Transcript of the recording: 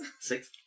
Six